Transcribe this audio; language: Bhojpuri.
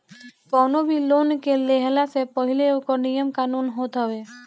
कवनो भी लोन के लेहला से पहिले ओकर नियम कानून होत हवे